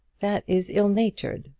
that is ill-natured.